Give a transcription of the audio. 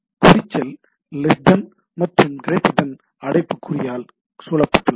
குறிச்சொல் less than மற்றும் greater than அடைப்புக்குறியால் சூழப்பட்டுள்ளது